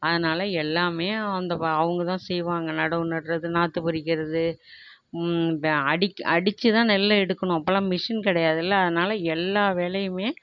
அதனால் எல்லாமே அந்த ப அவங்க தான் செய்வாங்க நடவு நடுவது நாற்று பொறிக்கிறது ப அடுக் அடிச்சு தான் நெல்லை எடுக்கணும் அப்போலாம் மிஷின் கிடையாதுல அதனால் எல்லா வேலையும்